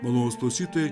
malonūs klausytojai